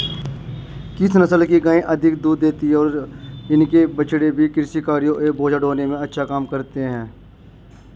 किस नस्ल की गायें अधिक दूध देती हैं और इनके बछड़े भी कृषि कार्यों एवं बोझा ढोने में अच्छा काम करते हैं?